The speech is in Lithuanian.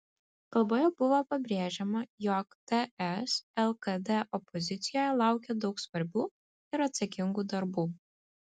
kalboje buvo pabrėžiama jog ts lkd opozicijoje laukia daug svarbių ir atsakingų darbų